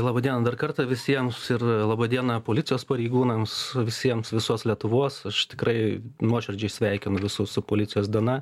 labą dieną dar kartą visiems ir labą dieną policijos pareigūnams visiems visos lietuvos aš tikrai nuoširdžiai sveikinu visus su policijos diena